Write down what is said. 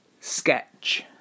Sketch